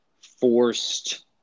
forced